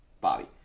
Bobby